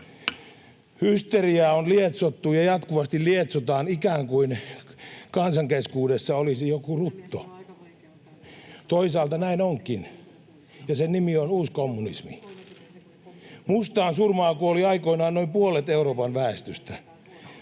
Hysteriaa on lietsottu ja jatkuvasti lietsotaan ikään kuin kansan keskuudessa olisi joku rutto. Toisaalta näin onkin, ja sen nimi on uuskommunismi. Mustaan surmaan kuoli aikoinaan noin puolet Euroopan väestöstä.